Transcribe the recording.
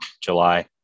July